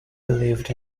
believed